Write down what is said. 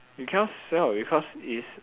you cannot sell because is